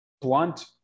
blunt